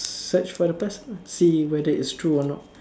search for the person lah see whether it's true or not